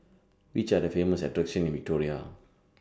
Which Are The Famous attractions in Victoria